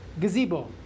gazebo